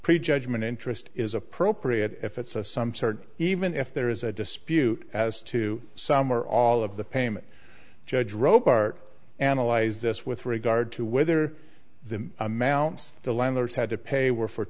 prejudgment interest is appropriate if it's a some sort even if there is a dispute as to some or all of the payment judge rope art analyzed this with regard to whether the amounts the landlords had to pay were for